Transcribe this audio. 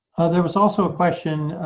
there was also a question.